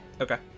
okay